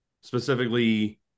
specifically